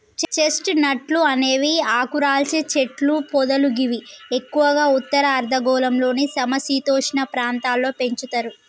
chest నట్లు అనేవి ఆకురాల్చే చెట్లు పొదలు గివి ఎక్కువగా ఉత్తర అర్ధగోళంలోని సమ శీతోష్ణ ప్రాంతాల్లో పెంచుతరు